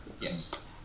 Yes